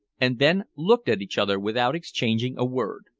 and then looked at each other without exchanging a word.